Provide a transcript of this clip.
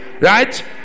Right